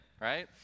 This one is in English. right